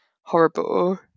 horrible